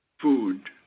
food